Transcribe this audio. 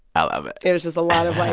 i love it it was just a lot of, like,